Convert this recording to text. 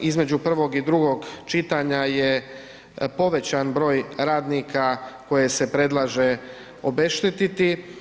Između prvog i drugo čitanja je povećan broj radnika koje se predlaže obeštetiti.